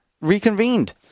reconvened